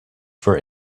for